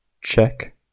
check